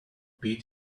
beat